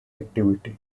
activity